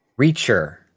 reacher